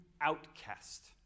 outcast